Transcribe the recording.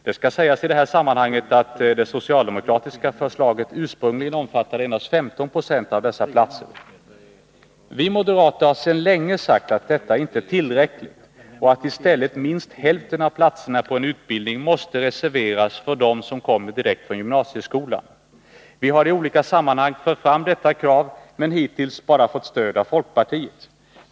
Det skall sägas i det här sammanhanget att det socialdemokratiska förslaget ursprungligen omfattade endast 15 90 av dessa platser. Vi moderater har sedan länge sagt att detta inte är tillräckligt och att i stället minst hälften av platserna på en utbildning måste reserveras för dem som kommer direkt från gymnasieskolan. Vi har i olika sammanhang fört fram detta krav men hittills bara fått stöd av folkpartiet.